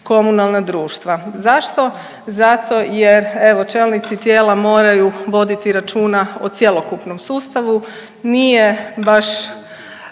komunalna društva. Zašto? Zato jer evo čelnici tijela moraju voditi računa o cjelokupnom sustavu. Nije baš